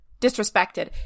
disrespected